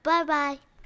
Bye-bye